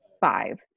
five